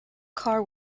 car